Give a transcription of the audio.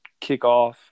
kickoff